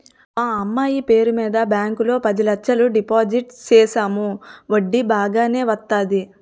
మా అమ్మాయి పేరు మీద బ్యాంకు లో పది లచ్చలు డిపోజిట్ సేసాము వడ్డీ బాగానే వత్తాది